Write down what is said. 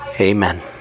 Amen